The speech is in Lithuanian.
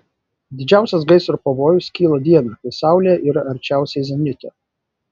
didžiausias gaisro pavojus kyla dieną kai saulė yra arčiausiai zenito